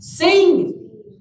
Sing